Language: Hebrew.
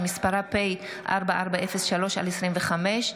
שמספרה פ/4403/25.